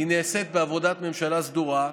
היא נעשית בעבודת ממשלה סדורה.